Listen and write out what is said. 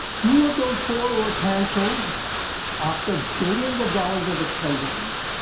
two of those four were canceled after billions of dollars of expenditures.